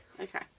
okay